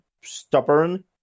stubborn